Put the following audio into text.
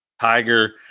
Tiger